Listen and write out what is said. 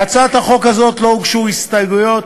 להצעת החוק הזאת לא הוגשו הסתייגויות,